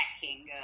checking